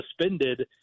suspended